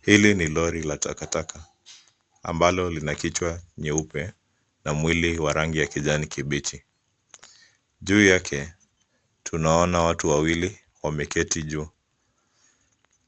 Hili ni lori la takataka ambalo lina kichwa nyeupe na mwili wa rangi ya kijani kibichi. Juu yake tunaona watu wawili wameketi juu.